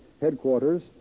headquarters